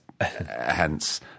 Hence